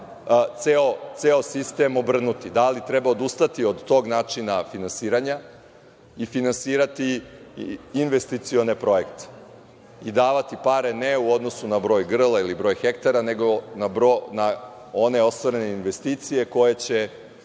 ceo sistem obrnuti? Da li treba odustati od tog načina finansiranja i finansirati investicione projekte i davati pare ne u odnosu na broj grla ili broj hektara, nego na one ostvarene investicije koje će